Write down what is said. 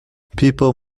people